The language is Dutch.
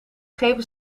geven